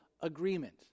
agreement